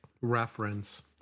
reference